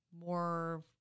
more